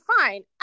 fine